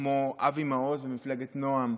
כמו אבי מעוז במפלגת נועם,